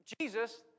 Jesus